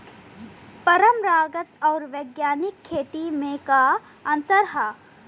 परंपरागत आऊर वैज्ञानिक खेती में का अंतर ह?